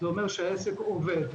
זה אומר שהעסק עובד.